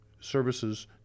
services